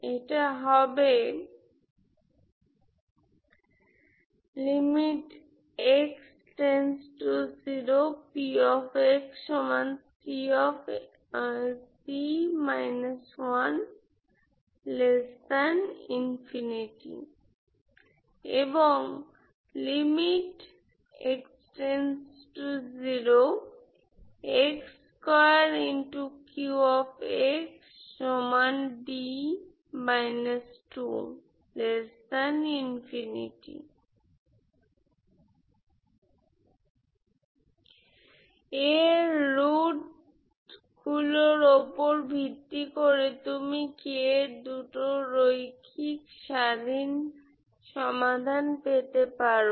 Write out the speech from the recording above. এটা হবে এবং এর রুট গুলোর উপর ভিত্তি করে তুমি k এর দুটো রৈখিক স্বাধীন সমাধান পেতে পারো